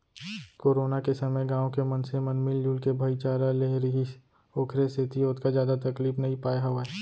corona के समे गाँव के मनसे मन मिलजुल के भाईचारा ले रिहिस ओखरे सेती ओतका जादा तकलीफ नइ पाय हावय